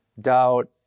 doubt